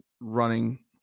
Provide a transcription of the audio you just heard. running